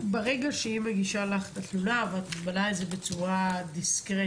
ברגע שהיא מגישה לך את התלונה ואת ממלאת את זה בצורה דיסקרטית,